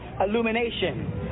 illumination